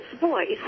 voice